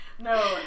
No